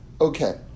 Okay